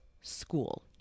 school